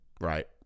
Right